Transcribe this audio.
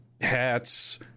hats